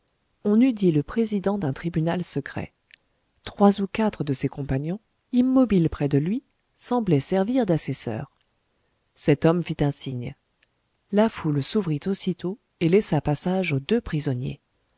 on eût dit le président d'un tribunal secret trois ou quatre de ses compagnons immobiles près de lui semblaient servir d'assesseurs cet homme fit un signe la foule s'ouvrit aussitôt et laissa passage aux deux prisonniers